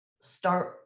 start